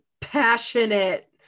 passionate